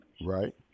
Right